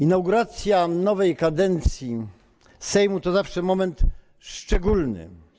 Inauguracja nowej kadencji Sejmu to zawsze moment szczególny.